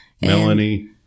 Melanie